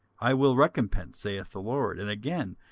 i will recompense, saith the lord. and again,